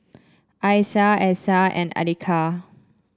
Aisyah Aisyah and Andika